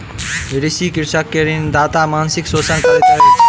ऋणी कृषक के ऋणदाता मानसिक शोषण करैत अछि